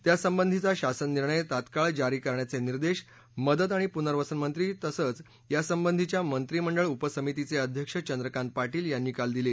त्यासंबंधीचा शासन निर्णय तत्काळ जारी करण्याचे निर्देश मदत आणि पुनर्वसन मंत्री तथा यासंबंधीच्या मंत्रिमंडळ उपसमितीचे अध्यक्ष चंद्रकांत पाटील यांनी काल दिले